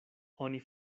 oni